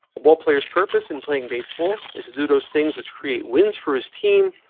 ballplayers purpose in playing baseball is to do those things which create wins for his team,